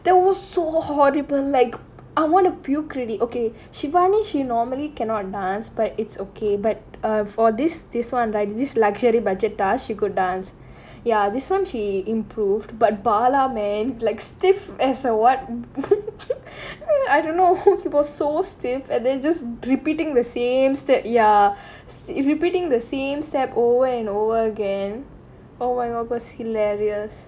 that was saw so horrible like I want to puke already okay shivani she normally cannot dance but it's okay but uh for this this [one] right did this luxury budget task she could dance ya this [one] she improve but bala man like stiff and then just repeating the same step ya it repeating the same step over and over again oh my god it was hilarious